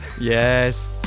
yes